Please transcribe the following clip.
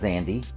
Andy